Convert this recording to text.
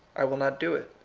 i will not do it.